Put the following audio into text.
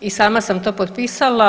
I sama sam to potpisala.